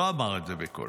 לא אמר את זה בקולו.